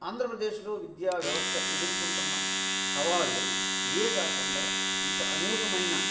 ఆంధ్రప్రదేశ్లో విద్యావ్యవస్థ ఎదుర్కొంటున్న సవాళ్ళు ఇవే కాకుండా ఇంకా అనేకమైన